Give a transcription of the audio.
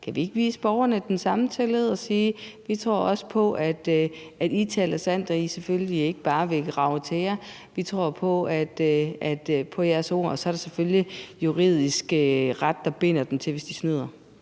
Kan vi ikke vise borgerne den samme tillid og sige: Vi tror også på, at I taler sandt, og at I selvfølgelig ikke bare vil rage til jer; vi tror på jeres ord? Så er der selvfølgelig det juridiske, der binder dem til deres ord, hvis de snyder.